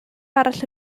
arall